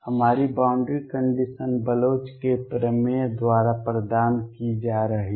हमारी boundary condition Bloch के प्रमेय द्वारा प्रदान की जा रही है